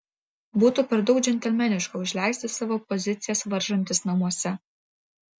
būtų per daug džentelmeniška užleisti savo pozicijas varžantis namuose